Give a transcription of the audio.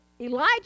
Elijah